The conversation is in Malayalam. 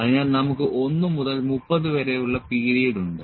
അതിനാൽ നമുക്ക് 1 മുതൽ 30 വരെയുള്ള പീരീഡ് ഉണ്ട്